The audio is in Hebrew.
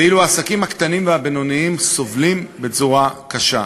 ואילו העסקים הקטנים והבינוניים סובלים בצורה קשה.